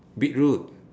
beetroot